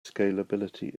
scalability